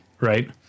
right